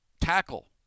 tackle